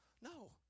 No